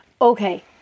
okay